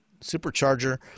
supercharger –